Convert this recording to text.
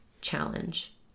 challenge